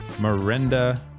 Miranda